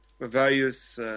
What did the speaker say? various